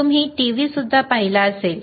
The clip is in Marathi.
तुम्ही टीव्ही सुद्धा पाहिला असेल